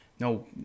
No